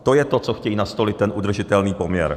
To je to, co chtějí nastolit, ten udržitelný poměr.